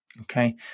Okay